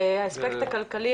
האספקט הכלכלי,